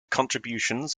contributions